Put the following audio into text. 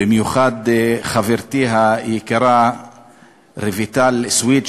במיוחד על חברתי היקרה רויטל סויד,